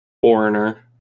foreigner